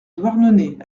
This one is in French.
douarnenez